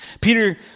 Peter